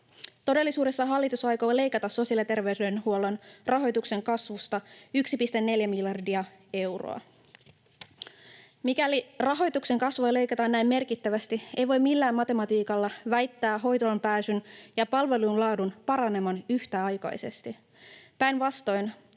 Todellisuudessa hallitus aikoo leikata sosiaali- ja terveydenhuollon rahoituksen kasvusta 1,4 miljardia euroa. Mikäli rahoituksen kasvua leikataan näin merkittävästi, ei voi millään matematiikalla väittää hoitoonpääsyn ja palvelun laadun paranevan yhtäaikaisesti. Päinvastoin